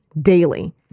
daily